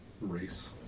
race